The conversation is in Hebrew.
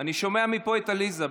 אני שומע מפה את עליזה.